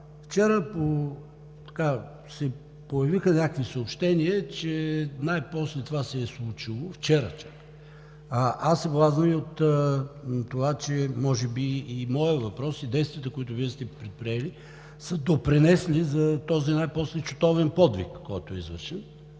Вчера се появиха някакви съобщения, че най-после това се е случило. Чак вчера! Аз се блазня и от това, че може би и моят въпрос, и действията, които Вие сте извършили, са допринесли най-после за този чутовен подвиг, който е извършен